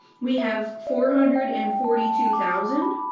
we have four hundred and forty two thousand,